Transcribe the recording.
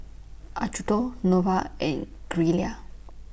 Acuto Nova and Gilera